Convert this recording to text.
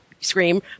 scream